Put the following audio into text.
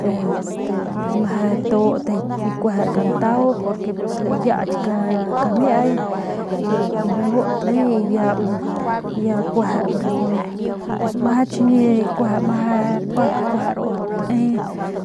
Este tut kueje kantau pus layiaky lajiay y bu te y ya kueje chiñi meje nijiy